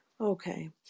Okay